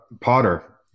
Potter